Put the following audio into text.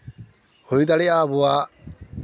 ᱦᱩᱭ ᱫᱟᱲᱮᱭᱟᱜᱼᱟ ᱟᱵᱳᱣᱟᱜ